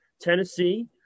Tennessee